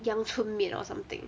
阳春面 or something